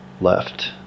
left